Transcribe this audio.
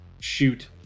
Shoot